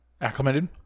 acclimated